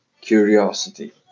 curiosity